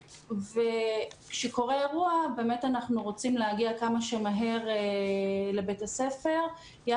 אנחנו באמת רוצים להגיע כמה שיותר מהר לבית הספר כשקורה אירוע,